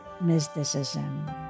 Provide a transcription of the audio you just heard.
mysticism